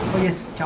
us